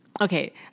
okay